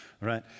right